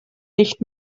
nicht